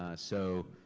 so,